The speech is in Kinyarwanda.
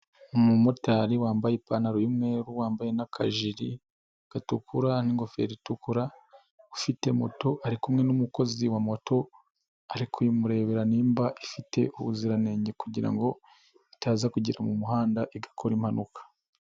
Umumotari wambaye ipantaro y'umweru, wambaye n'akajiri, gatukura n'ingofero itukura, ufite moto, ari kumwe n'umukozi wa moto, ari kuyimurebera niba, ifite ubuziranenge kugira ngo itaza kugera mu muhanda, igakora impanuka.